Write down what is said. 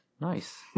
Nice